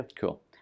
Cool